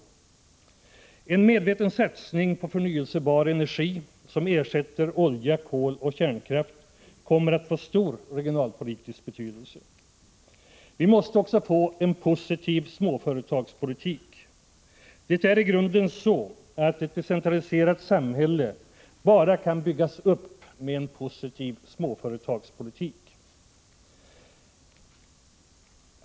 81 En medveten satsning på förnyelsebar energi, som ersätter olja, kol och - kärnkraft, kommer att få stor regionalpolitisk betydelse. Vi måste också få en positiv småföretagspolitik. Det är i grunden så, att ett decentraliserat samhälle bara kan byggas upp med en positiv småföretagspolitik.